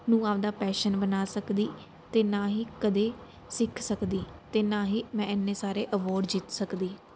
ਨੂੰ ਆਪਦਾ ਪੈਸ਼ਨ ਬਣਾ ਸਕਦੀ ਅਤੇ ਨਾ ਹੀ ਕਦੇ ਸਿੱਖ ਸਕਦੀ ਅਤੇ ਨਾ ਹੀ ਮੈਂ ਇੰਨੇ ਸਾਰੇ ਅਵਾਰਡ ਜਿੱਤ ਸਕਦੀ